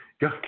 go